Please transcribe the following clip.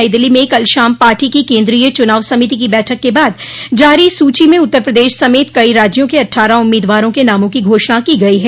नई दिल्ली में कल शाम पार्टी की केन्द्रीय चुनाव समिति की बैठक के बाद जारी सूची में उत्तर प्रदेश समेत कई राज्यों के अठठारह उम्मीदवारों के नामों की घोषणा की गयी है